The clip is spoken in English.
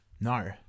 No